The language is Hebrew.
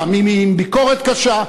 פעמים היא עם ביקורת קשה,